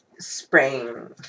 spraying